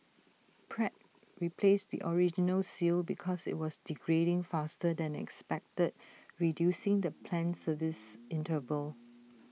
Pratt replaced the original seal because IT was degrading faster than expected reducing the planned service interval